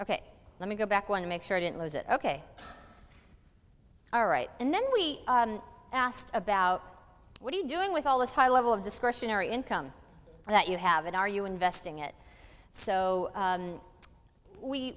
ok let me go back want to make sure i didn't lose it ok all right and then we asked about what are you doing with all this high level of discretionary income that you have and are you investing it so